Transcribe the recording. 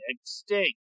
extinct